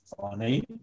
funny